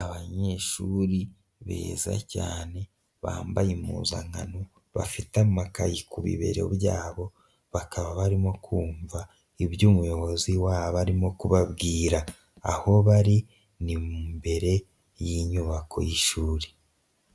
Abanyeshuri beza cyane bambaye impuzankano bafite amakayi ku bibero byabo, bakaba barimo kumva ibyo umuyobozi wabo arimo kubabwira, aho bari ni imbere y'inyubako y'ishuri.